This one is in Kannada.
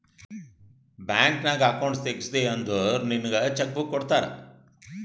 ಬ್ಯಾಂಕ್ ನಾಗ್ ಅಕೌಂಟ್ ತೆಗ್ಸಿದಿ ಅಂದುರ್ ನಿಂಗ್ ಚೆಕ್ ಬುಕ್ ಕೊಡ್ತಾರ್